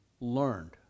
learned